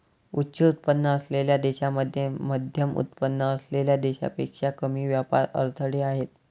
उच्च उत्पन्न असलेल्या देशांमध्ये मध्यमउत्पन्न असलेल्या देशांपेक्षा कमी व्यापार अडथळे आहेत